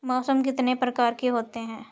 मौसम कितनी प्रकार के होते हैं?